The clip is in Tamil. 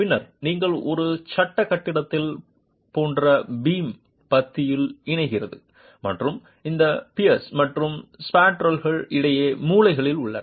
பின்னர் நீங்கள் ஒரு சட்ட கட்டிடத்தில் போன்ற பீம் பத்தியில் இணைகிறது மற்றும் அந்த பியர்ஸ் மற்றும் ஸ்பேன்ட்ரெல்கள் இடையே மூலைகளில் உள்ளன